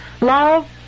Love